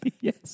Yes